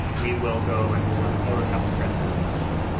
we will go and we'll run photoshop stress tests on the machine.